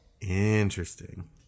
interesting